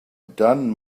done